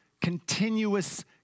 continuous